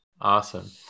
Awesome